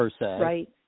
Right